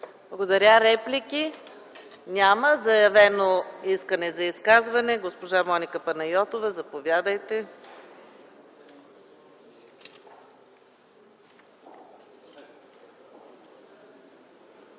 Благодаря. Реплики? Няма. Заявено е искане за изказване от госпожа Моника Панайотова. Заповядайте.